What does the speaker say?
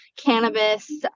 cannabis